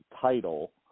title